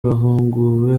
bahuguwe